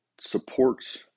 supports